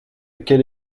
quelle